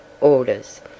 orders